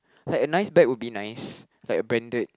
like a nice bag would be nice like a branded